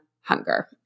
hunger